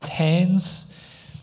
hands